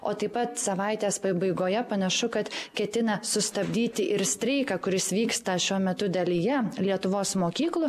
o taip pat savaitės pabaigoje panašu kad ketina sustabdyti ir streiką kuris vyksta šiuo metu dalyje lietuvos mokyklų